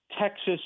Texas